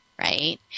Right